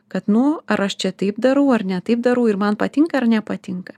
kad nu ar aš čia taip darau ar ne taip darau ir man patinka ar nepatinka